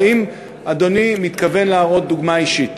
האם אדוני מתכוון להראות דוגמה אישית?